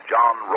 John